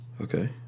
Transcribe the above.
Okay